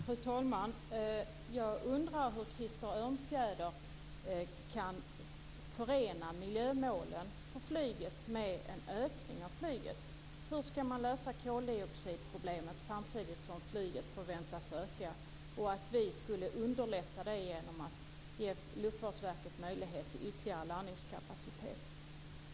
Fru talman! Jag undrar hur Krister Örnfjäder kan förena miljömålen för flyget med en ökning av flyget. Hur skall man lösa koldioxidproblemet samtidigt som flyget förväntas öka och vi skulle underlätta det genom att ge Luftfartsverket möjlighet till ytterligare landningskapacitet?